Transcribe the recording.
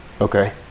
Okay